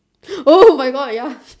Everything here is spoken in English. oh-my-god ya